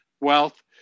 wealth